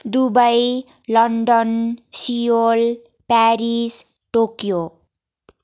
Dubai London Seoul Paris Tokyo